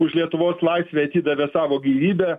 už lietuvos laisvę atidavė savo gyvybę